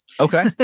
Okay